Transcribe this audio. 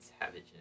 savage